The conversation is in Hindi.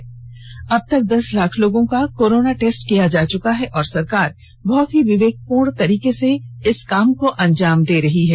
उन्होंने कहा कि अब तक दस लाख लोगों का कोरोना टेस्ट किया जा चुका है और सरकार बहुत ही विवेकपूर्ण तरीके से इस काम को अंजाम दे रही है